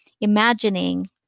imagining